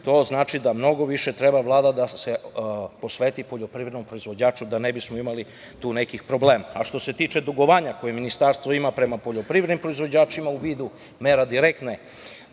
To znači da Vlada mnogo više treba da se posveti poljoprivrednom proizvođaču da ne bismo imali tu nekih. Što se tiče tugovanja koje ministarstvo o ima prema poljoprivrednim proizvođačima u vidu mera direktnih